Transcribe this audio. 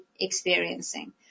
Experiencing